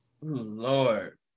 Lord